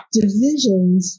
divisions